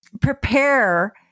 prepare